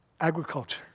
agriculture